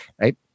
right